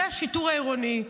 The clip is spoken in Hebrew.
זה השיטור העירוני,